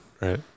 Right